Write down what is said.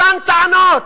אותן טענות.